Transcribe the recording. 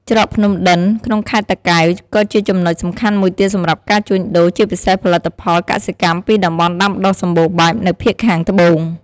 ច្រកភ្នំដិន ក្នុងខេត្តតាកែវ ក៏ជាចំណុចសំខាន់មួយទៀតសម្រាប់ការជួញដូរ ជាពិសេសផលិតផលកសិកម្មពីតំបន់ដាំដុះសម្បូរបែបនៅភាគខាងត្បូង។